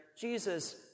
Jesus